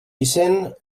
vicent